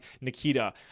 Nikita